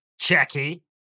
Jackie